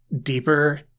deeper